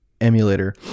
emulator